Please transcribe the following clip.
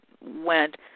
went